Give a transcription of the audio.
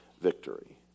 victory